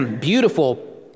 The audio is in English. beautiful